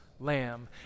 lamb